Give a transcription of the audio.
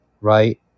right